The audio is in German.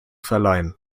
verleihen